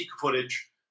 footage